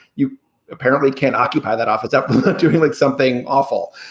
you apparently can't occupy that office up to him like something awful.